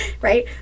Right